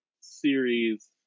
series